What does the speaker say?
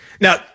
Now